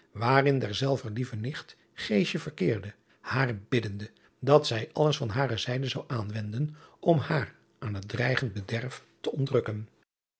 waarin derzelver lieve nicht verkeerde haar biddende dat zij alles van hare zijde zou aanwenden om haar aan het dreigend bederf te ontrukken